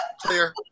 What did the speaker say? Clear